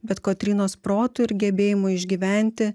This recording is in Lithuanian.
bet kotrynos protu ir gebėjimu išgyventi